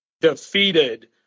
defeated